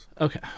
okay